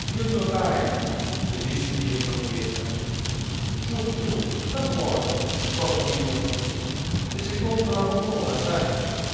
dio te lo paghi le disse dietro questa su su sta bono cocco mio te ce crompo la bobona sa